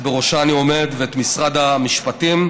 שבראשה אני עומד, ואת משרד המשפטים.